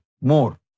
more